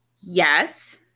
Yes